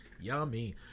Yummy